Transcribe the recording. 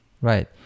Right